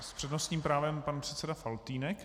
S přednostním právem pan předseda Faltýnek.